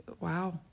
wow